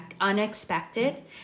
unexpected